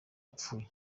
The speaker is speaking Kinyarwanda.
yapfuye